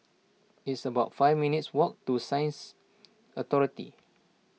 it's about five minutes' walk to Sciences Authority